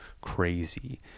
crazy